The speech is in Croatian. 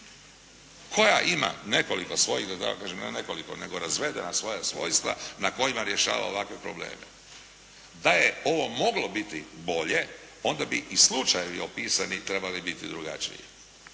koja ima nekoliko svojih da tako kažem, ne nekoliko nego razvedena svoja svojstva na kojima rješava ovakve probleme. Da je ovo moglo biti bolje onda bi i slučajevi opisani trebali biti drugačiji.